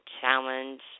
challenge